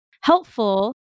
helpful